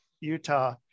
utah